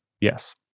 Yes